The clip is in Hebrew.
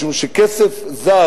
משום שכסף זר,